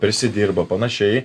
prisidirba panašiai